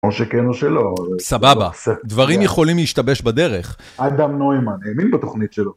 או שכן או שלא. סבבה, דברים יכולים להשתבש בדרך. אדם נוימן האמין בתוכנית שלו.